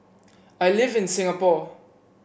I live in Singapore